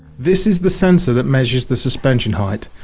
this is the sensor that measures the suspension height.